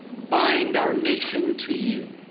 bind our nation to you.